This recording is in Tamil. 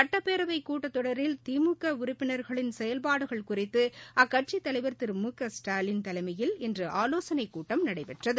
சட்டப்பேரவைக் கூட்டத்தொடரில் திமுக உறுப்பினர்களின் செயல்பாடுகள் குறித்து அக்கட்சி தலைவர் திரு மு க ஸ்டாலின் தலைமையில் இன்று ஆலோசனைக் கூட்டம் நடைபெற்றது